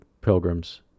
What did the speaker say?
pilgrims